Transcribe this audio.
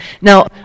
Now